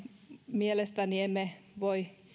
mielestäni emme voi